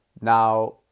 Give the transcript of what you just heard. now